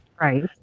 Right